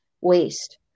waste